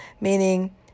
Meaning